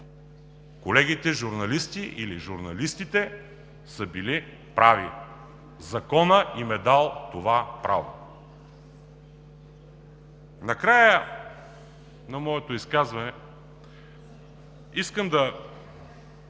колегите журналисти или журналистите са били прави, законът им е дал това право“. Накрая на моето изказване искам да